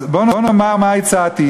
אז בואו נאמר מה הצעתי,